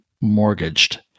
mortgaged